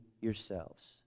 yourselves